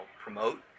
promote